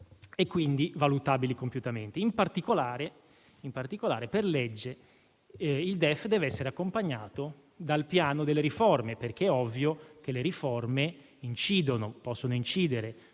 e, quindi, valutabili compiutamente. In particolare, per legge il DEF deve essere accompagnato dal Piano delle riforme, perché è ovvio che queste ultime possono incidere